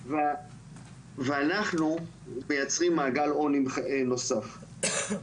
ואנחנו מייצרים מעגל עוני נוסף.